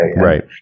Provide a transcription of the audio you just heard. Right